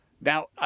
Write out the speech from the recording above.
Now